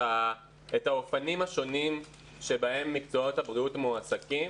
האופנים השונים שבהם מקצועות הבריאות מועסקים.